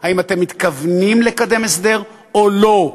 האם אתם מתכוונים לקדם הסדר או לא.